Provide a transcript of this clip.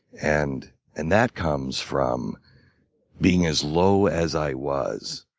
and and that comes from being as low as i was.